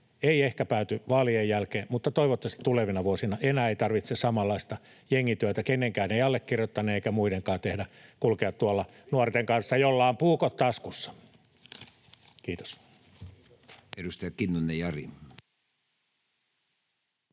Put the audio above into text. Ei ehkä pääty vaalien jälkeen, mutta toivottavasti tulevina vuosina ei tarvitse enää samanlaista jengityötä kenenkään, ei allekirjoittaneen eikä muidenkaan, tehdä, kulkea tuolla nuorten kanssa, joilla on puukot taskussa. — Kiitos.